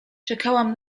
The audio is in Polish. czekałam